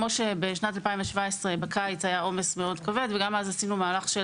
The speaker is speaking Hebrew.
כמו שבשנת 2017 בקיץ היה עומס מאוד כבד וגם אז עשינו מהלך של